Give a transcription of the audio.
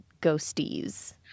ghosties